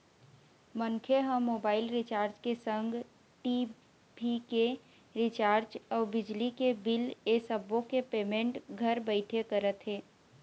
मनखे ह mobile recharge के संग टी.भी के रिचार्ज अउ बिजली के बिल ऐ सब्बो के पेमेंट घर बइठे करत हे